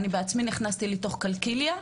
אני בעצמי נכנסתי לתוך קלקיליה,